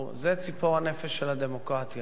זה ציפור הנפש של הדמוקרטיה.